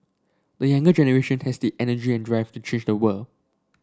the younger generation has the energy and drive to change the world